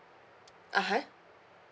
(uh huh)